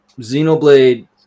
Xenoblade